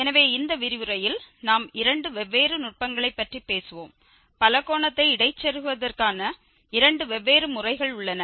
எனவே இந்த விரிவுரையில் நாம் இரண்டு வெவ்வேறு நுட்பங்களைப் பற்றி பேசுவோம் பலகோணத்தை இடைச்செருகுவதற்கான இரண்டு வெவ்வேறு முறைகள் உள்ளன